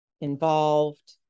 involved